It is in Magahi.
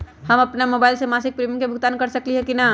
हम अपन मोबाइल से मासिक प्रीमियम के भुगतान कर सकली ह की न?